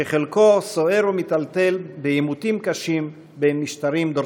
שחלקו סוער ומיטלטל בעימותים קשים בין משטרים דורסניים.